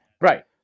Right